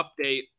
update